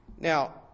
Now